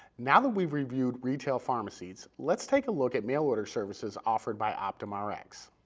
now that we've reviewed retail pharmacies, let's take a look at mail order services offered by optumrx.